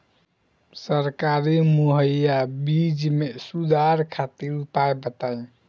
सरकारी मुहैया बीज में सुधार खातिर उपाय बताई?